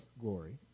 glory